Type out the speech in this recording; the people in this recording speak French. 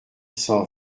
cent